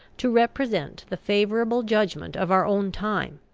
to represent the favourable judgment of our own time,